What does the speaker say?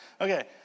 okay